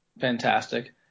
fantastic